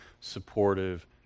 supportive